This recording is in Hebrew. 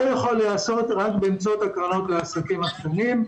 יכול להיעשות רק באמצעות הקרנות לעסקים הקטנים,